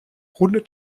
rundet